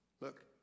Look